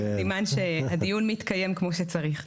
זה סימן שהדיון מתקיים כמו שצריך.